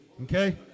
okay